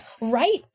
right